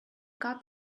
got